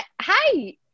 Hi